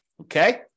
Okay